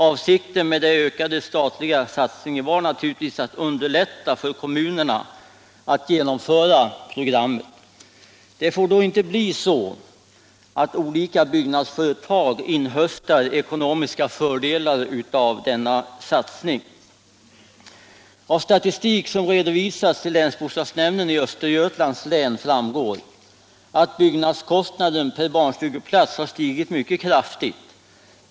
Avsikten med den ökade statliga satsningen var naturligtvis att underlätta för kommunerna att genomföra programmet. Det får då inte bli så, att olika byggnadsföretag inhöstar ekonomiska fördelar av denna satsning. Av statistik som redovisats till länsbostadsnämnden i Östergötlands län framgår att byggnadskostnaden per barnstugeplats har stigit mycket kraftigt.